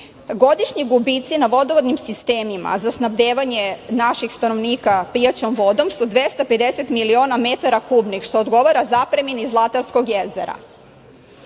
Godišnji gubici na vodovodnim sistemima za snabdevanje naših stanovnika pijaćom vodom su 250 miliona metara kubnih, što odgovara zapremini Zlatarskog jezera. Kada